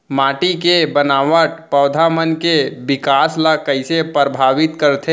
माटी के बनावट पौधा मन के बिकास ला कईसे परभावित करथे